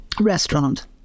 restaurant